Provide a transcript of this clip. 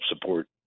support